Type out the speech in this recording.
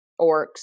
orcs